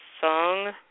song